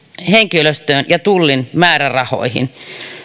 henkilöstöön ja tullin määrärahoihin